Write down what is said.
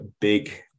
big